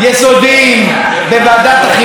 בוועדת החינוך של הכנסת.